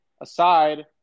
aside